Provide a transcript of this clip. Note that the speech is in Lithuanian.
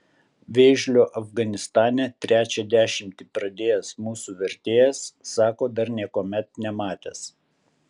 vėžlio afganistane trečią dešimtį pradėjęs mūsų vertėjas sako dar niekuomet nematęs